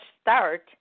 start